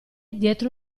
dietro